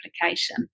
application